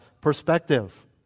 perspective